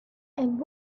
and